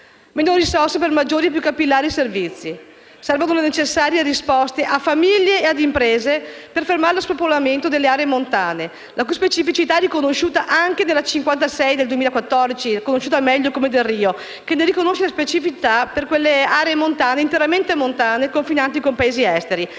minori le risorse per maggiori e più capillari servizi. Servono le necessarie risposte a famiglie e imprese per fermare lo spopolamento delle aree montane, le cui specificità sono riconosciute anche dalla legge n. 56 del 2014, meglio nota come legge Delrio, che le individua per quelle aree interamente montane confinanti con Paesi esteri.